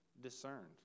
discerned